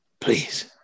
Please